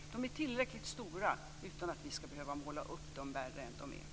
Dessa är tillräckligt stora ändå. Vi behöver därför inte måla upp dem värre än de är.